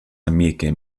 amike